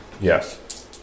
Yes